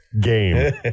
game